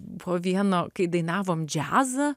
buvo vieno kai dainavome džiazą